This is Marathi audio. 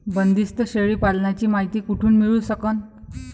बंदीस्त शेळी पालनाची मायती कुठून मिळू सकन?